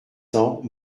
cents